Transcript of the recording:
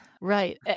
Right